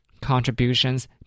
contributions